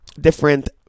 different